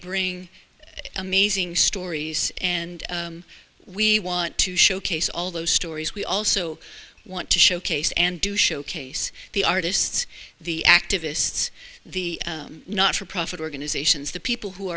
bring amazing stories and we want to showcase all those stories we also want to showcase and do showcase the artists the activists the not for profit organizations the people who